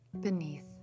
beneath